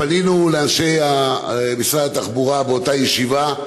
פנינו לאנשי משרד התחבורה באותה ישיבה,